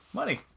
money